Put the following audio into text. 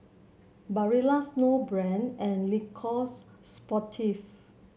Barilla Snowbrand and Le Coq Sportif